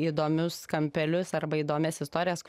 įdomius kampelius arba įdomias istorijas